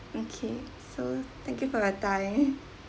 okay so thank you for your time